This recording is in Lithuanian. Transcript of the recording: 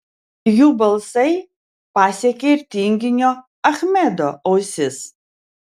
jų balsai pasiekė ir tinginio achmedo ausis